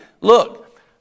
look